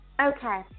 Okay